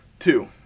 Two